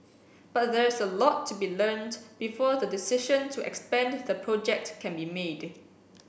but there's a lot to be learnt before the decision to expand the project can be made